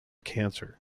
cancer